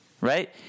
right